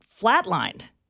flatlined